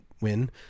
win